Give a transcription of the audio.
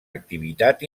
activitat